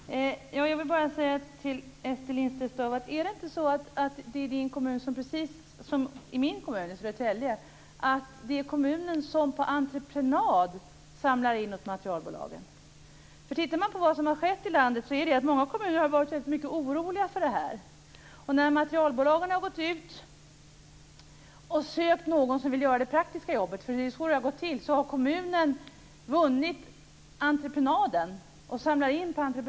Fru talman! Jag vill bara säga en sak till Ester Lindstedt-Staaf. Är det inte så i din kommun, precis som det är i Södertälje, att det är kommunen som samlar in på entreprenad åt materialbolagen? Många kommuner i landet har varit väldigt oroliga för detta. När materialbolagen har gått ut och sökt någon som vill göra det praktiska jobbet har kommunen vunnit entreprenaden. Det är så det har gått till.